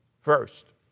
First